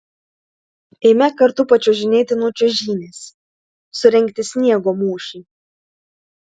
eime kartu pačiuožinėti nuo čiuožynės surengti sniego mūšį